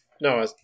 No